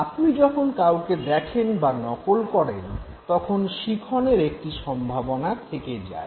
আপনি যখন কাউকে দেখেন বা নকল করেন তখন শিখনের একটি সম্ভাবনা থেকে যায়